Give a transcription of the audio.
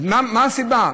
מה הסיבה?